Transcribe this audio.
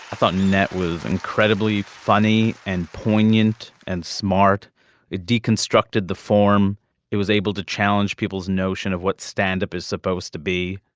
thought net was incredibly funny and poignant and smart it deconstructed the form it was able to challenge people's notion of what standup is supposed to be.